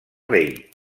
rei